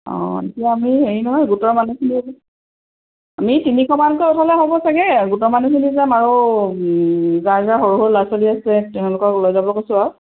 অঁ এতিয়া আমি হেৰি নহয় গোটৰ মানুহখিনি আমি তিনিশ মানকৈ উঠালে হ'ব চাগে গোটৰ মানুহখিনি যাম আৰু যাৰ যাৰ সৰু সৰু ল'ৰা ছোৱালী আছে তেওঁলোকক লৈ যাব কৈছোঁ আৰু